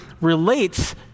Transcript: relates